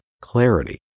clarity